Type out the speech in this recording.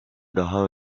daha